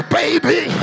baby